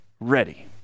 ready